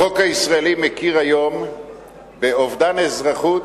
החוק הישראלי מכיר היום באובדן אזרחות,